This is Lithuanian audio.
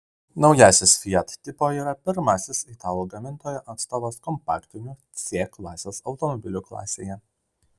naujasis fiat tipo yra pirmasis italų gamintojo atstovas kompaktinių c klasės automobilių klasėje